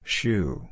Shoe